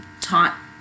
taught